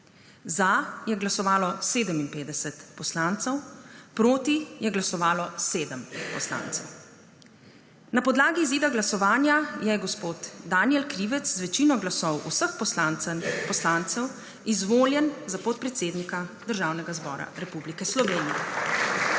je glasovalo 7 poslancev. (Za je glasovalo 57.) (Proti 7.) Na podlagi izida glasovanja je gospod Danijel Krivec z večino glasov vseh poslancev in poslank izvoljen za podpredsednika Državnega zbora Republike Slovenije.